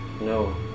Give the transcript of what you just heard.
No